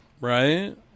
Right